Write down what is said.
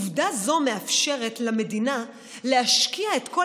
עובדה זו מאפשרת למדינה להשקיע את כל